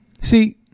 see